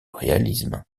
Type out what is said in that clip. réalisme